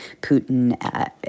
Putin